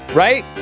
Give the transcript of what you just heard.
right